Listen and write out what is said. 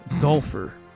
Golfer